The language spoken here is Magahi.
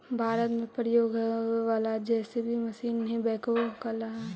भारत में प्रयोग होवे वाला जे.सी.बी मशीन ही बेक्हो कहलावऽ हई